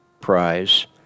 Prize